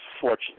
fortunate